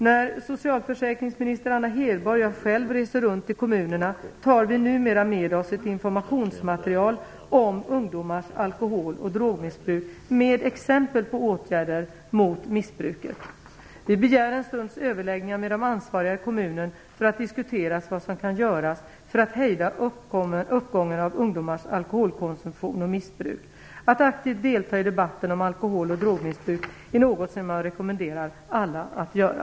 När socialförsäkringsminister Anna Hedborg och jag själv reser runt i kommunerna tar vi numera med oss ett informationsmaterial om ungdomars alkohol och drogmissbruk med exempel på åtgärder mot missbruket. Vi begär en stunds överläggningar med de ansvariga i kommunen för att diskutera vad som kan göras för att hejda uppgången av ungdomars alkoholkonsumtion och missbruk. Att aktivt delta i debatten om alkohol och drogmissbruk är något som jag rekommenderar alla att göra.